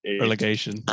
Relegation